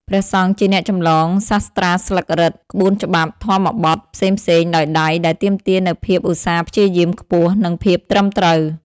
ព្រះសង្ឃជាអ្នកចម្លងសាត្រាស្លឹករឹត ក្បួនច្បាប់ ធម្មបទផ្សេងៗដោយដៃ ដែលទាមទារនូវភាពឧស្សាហ៍ព្យាយាមខ្ពស់ និងភាពត្រឹមត្រូវ។